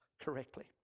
correctly